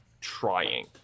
trying